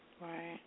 Right